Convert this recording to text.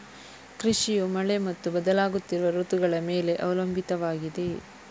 ಕೃಷಿಯು ಮಳೆ ಮತ್ತು ಬದಲಾಗುತ್ತಿರುವ ಋತುಗಳ ಮೇಲೆ ಅವಲಂಬಿತವಾಗಿದೆ